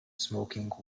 smoking